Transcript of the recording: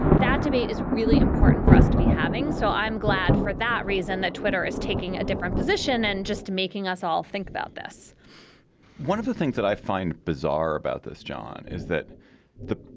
that debate is really important for us to be having. so i'm glad for that reason that twitter is taking a different position and just making us all think about this one of the things that i find bizarre about this john is that the